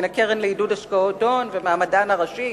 מן הקרן לעידוד השקעות הון ומהמדען הראשי?